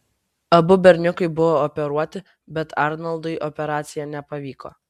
abu berniukai buvo operuoti bet arnoldui operacija nepavyko